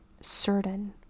certain